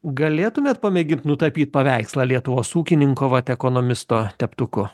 galėtumėt pamėgint nutapyt paveikslą lietuvos ūkininko vat ekonomisto teptuku